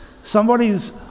Somebody's